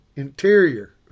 interior